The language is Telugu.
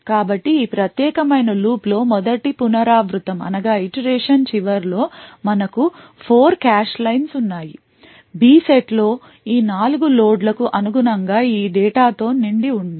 కాబట్టి ఈ ప్రత్యేకమైన లూప్ లో మొదటి పునరావృతం చివర లో మనకు4 కాష్ లైన్స్ ఉన్నాయి B సెట్లోని ఈ నాలుగు లోడ్ల కు అనుగుణంగా ఈ డేటా తో నిండి ఉంది